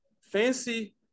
Fancy